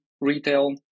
retail